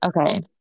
Okay